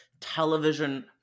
television